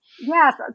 Yes